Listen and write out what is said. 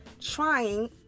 trying